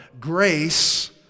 grace